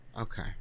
Okay